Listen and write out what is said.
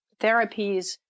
therapies